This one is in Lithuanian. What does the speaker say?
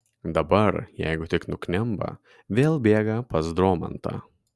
dabar jeigu tik nuknemba vėl bėga pas dromantą